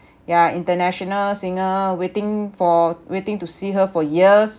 ya international singer waiting for waiting to see her for years